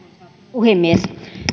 puhemies